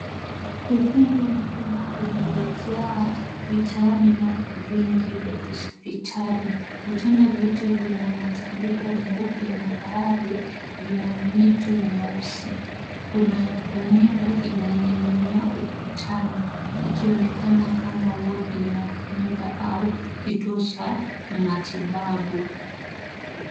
Ukumbi mkubwa uliojaa vitanda vingi vya hospitali. Vitanda vyote vina matandiko meupe na baadhi zina vito nyeusi. Kuna runinga imeninginia ukutani ikionekana kama wodi ya muda au kituo cha matibabu.